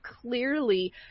clearly